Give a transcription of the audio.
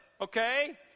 okay